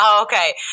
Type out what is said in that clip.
Okay